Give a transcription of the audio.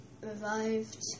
revived